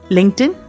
LinkedIn